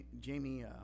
Jamie